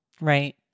Right